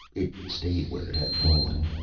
it stayed where it had fallen.